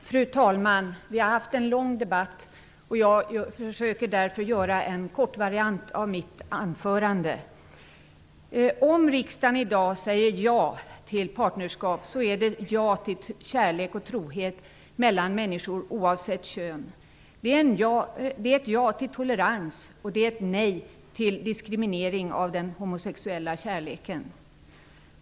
Fru talman! Vi har haft en lång debatt. Jag skall därför försöka göra en kort variant av mitt anförande. Om riksdagen i dag säger ja till en partnerskapslag säger man ja till kärlek och trohet mellan människor, oavsett kön. Det är ett ja till tolerans, och det är ett nej till diskriminering av den homosexuella kärleken.